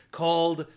called